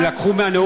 הם לקחו מהנאום,